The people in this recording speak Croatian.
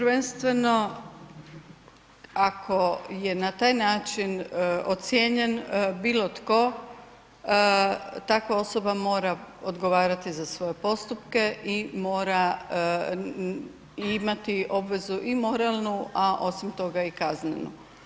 Prvenstveno ako je na taj način ocjenjen bilo tko, takva osoba mora odgovarati za svoje postupke i mora imati obvezu i moralnu, a osim toga i kaznenu.